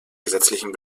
gesetzlichen